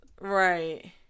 Right